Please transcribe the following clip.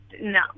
no